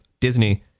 Disney